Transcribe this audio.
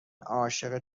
عاشق